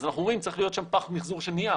אז אנחנו אומרים: צריך להיות שם פח מחזור של נייר.